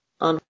on